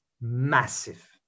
massive